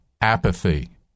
apathy